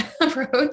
approach